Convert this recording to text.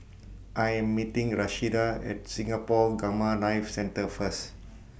I Am meeting Rashida At Singapore Gamma Knife Centre First